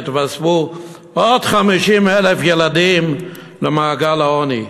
יתווספו עוד 50,000 ילדים למעגל העוני.